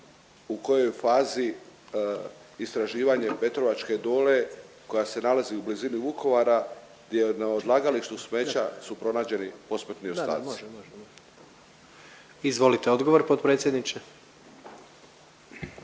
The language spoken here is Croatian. u kojoj fazi istraživanje Petrovačke dole koja se nalazi u blizini Vukovara gdje na odlagalištu smeća su pronađeni posmrtni ostaci. **Jandroković, Gordan